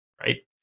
right